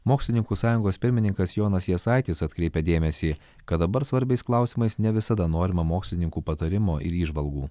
mokslininkų sąjungos pirmininkas jonas jasaitis atkreipė dėmesį kad dabar svarbiais klausimais ne visada norima mokslininkų patarimo ir įžvalgų